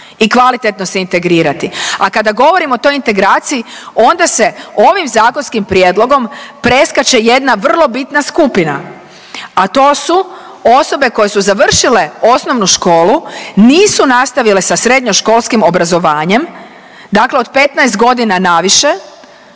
i kvalitetno se integrirati. A kada govorim o toj integraciji onda se ovim zakonskim prijedlogom preskače jedna vrlo bitna skupina, a to su osobe koje su završile osnovnu školu, nisu nastavile sa srednjoškolskim obrazovanjem, dakle od 15.g. naviše